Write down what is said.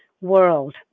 world